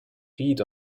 feed